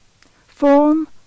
Form